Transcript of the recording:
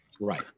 Right